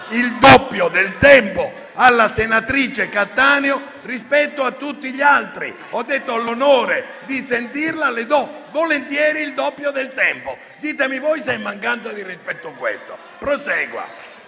il doppio del tempo alla senatrice Cattaneo rispetto a tutti gli altri. *(Commenti).* Ho detto: ho l'onore di sentirla, le do volentieri il doppio del tempo. Ditemi voi se è mancanza di rispetto, questa.